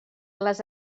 les